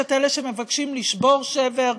ויש את אלה שמבקשים לשבור שבר,